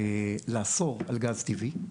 לאסור על גז טבעי,